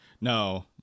No